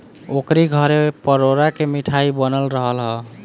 ओकरी घरे परोरा के मिठाई बनल रहल हअ